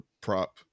prop